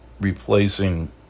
replacing